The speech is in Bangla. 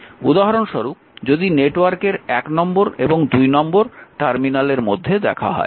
উদাহরণস্বরূপ যদি নেটওয়ার্কের 1 নম্বর এবং 2 নম্বর টার্মিনালের মধ্যে দেখা হয়